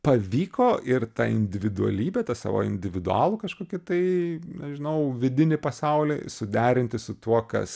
pavyko ir ta individualybė tą savo individualų kažkokį tai nežinau vidinį pasaulį suderinti su tuo kas